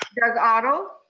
doug otto.